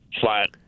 flat